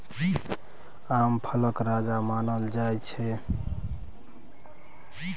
आम फलक राजा मानल जाइ छै